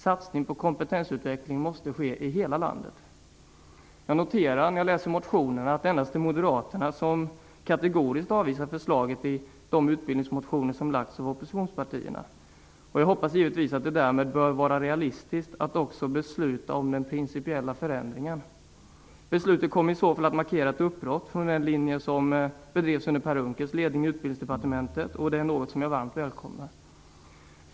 Satsning på kompetensutveckling måste ske i hela landet. När jag läser motionerna noterar jag att det i de utbildningsmotioner som väckts av oppositionspartierna endast är Moderaterna som kategoriskt avvisar förslaget. Jag hoppas givetvis att det därmed bör vara realistiskt att också besluta om den principiella förändringen. Beslutet kommer i så fall att markera ett uppbrott från den linje som drevs under Per Unckels ledning i Utbildningsdepartementet. Det är något som jag varmt välkomnar.